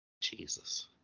Jesus